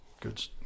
good